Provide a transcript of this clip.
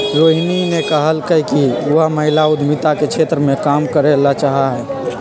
रोहिणी ने कहल कई कि वह महिला उद्यमिता के क्षेत्र में काम करे ला चाहा हई